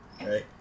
Right